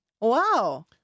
Wow